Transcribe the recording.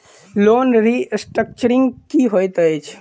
Loan restructuring की होइत अछि?